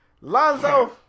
Lonzo